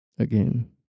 Again